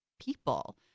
people